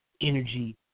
energy